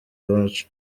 iwacu